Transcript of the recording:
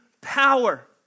power